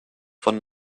von